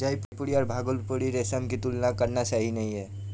जयपुरी और भागलपुरी रेशम की तुलना करना सही नही है